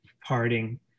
parting